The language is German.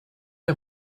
der